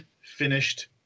finished